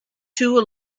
two